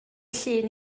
llun